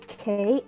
Okay